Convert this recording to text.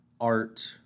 art